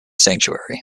sanctuary